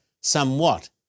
somewhat